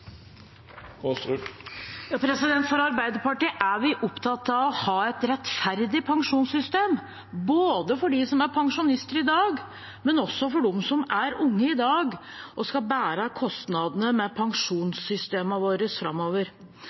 Arbeiderpartiet er opptatt av å ha et rettferdig pensjonssystem, både for dem som er pensjonister i dag, og for dem som er unge i dag og skal bære kostnadene med pensjonssystemene våre framover.